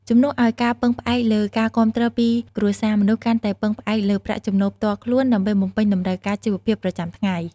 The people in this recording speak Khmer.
ជំនួសឱ្យការពឹងផ្អែកលើការគាំទ្រពីគ្រួសារ មនុស្សកាន់តែពឹងផ្អែកលើប្រាក់ចំណូលផ្ទាល់ខ្លួនដើម្បីបំពេញតម្រូវការជីវភាពប្រចាំថ្ងៃ។